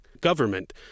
government